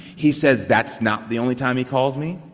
he says that's not the only time he calls me,